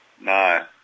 No